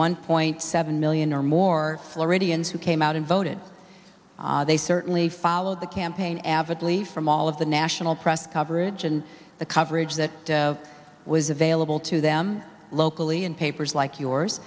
one point seven million or more floridians who came out and voted they certainly followed the campaign avidly from all of the national press coverage and the coverage that was available to them locally in papers like yours